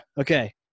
Okay